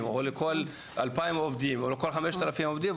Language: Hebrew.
או לכל 2,000 עובדים או לכל 5,000 עובדים,